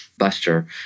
Buster